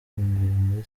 muri